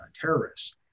terrorists